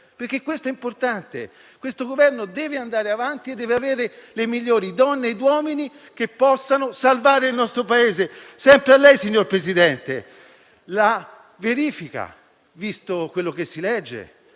questo è importante. Questo Governo deve andare avanti e deve avere le migliori donne e uomini che possano salvare il nostro Paese. Sempre a lei, signor Presidente, spetta la verifica - visto quello che si legge